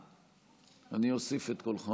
אני אוסיף את קולך